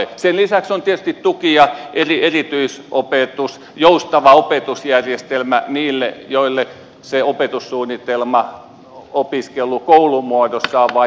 sen lisäksi on tietysti tuki ja erityisopetus joustava opetusjärjestelmä niille joille se opetussuunnitelma opiskelu koulumuodossa on vaikeaa